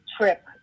trip